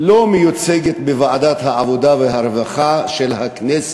לא מיוצגת בוועדת העבודה והרווחה של הכנסת.